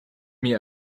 mir